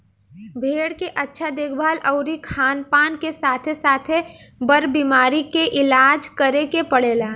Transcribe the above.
भेड़ के अच्छा देखभाल अउरी खानपान के साथे साथे, बर बीमारी के इलाज करे के पड़ेला